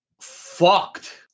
fucked